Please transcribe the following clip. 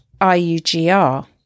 IUGR